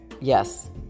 Yes